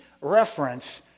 reference